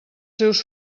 seus